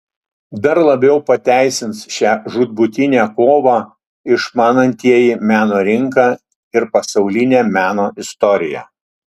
dar labiau pateisins šią žūtbūtinę kovą išmanantieji meno rinką ir pasaulinę meno istoriją